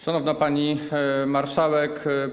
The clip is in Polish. Szanowna Pani Marszałek!